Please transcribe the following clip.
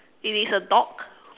it is a dog